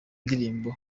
ndirimbo